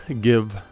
give